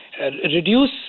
reduce